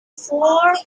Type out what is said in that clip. four